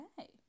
Okay